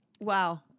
Wow